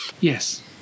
Yes